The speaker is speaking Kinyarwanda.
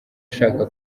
ashaka